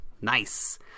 Nice